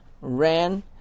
ran